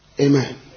Amen